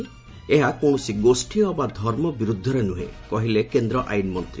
ଏହା କୌଣସି ଗୋଷୀ ଅବା ଧର୍ମ ବିରୁଦ୍ଧରେ ନୁହେଁ କହିଲେ କେନ୍ଦ୍ର ଆଇନ୍ମନ୍ତ୍ରୀ